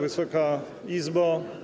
Wysoka Izbo!